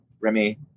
Remy